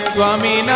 Swami